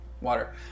water